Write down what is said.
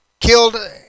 killed